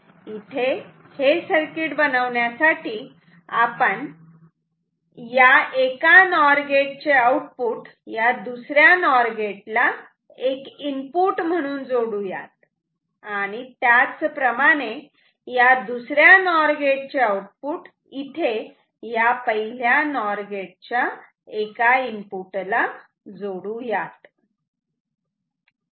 इथे हे सर्किट बनवण्यासाठी आपण या एका नॉर गेट चे आउटपुट या दुसऱ्या नॉर गेट ला एक इनपुट म्हणून जोडू यात आणि त्याच प्रमाणे या दुसऱ्या नॉर गेट चे आउटपुट इथे या पहिल्या नॉर गेट च्या एका इनपुटला जोडू यात